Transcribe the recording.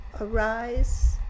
arise